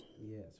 Yes